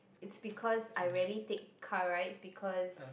is because I rarely take car rides because